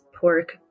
pork